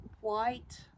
white